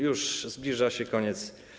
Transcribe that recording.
Już zbliża się koniec.